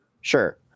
Sure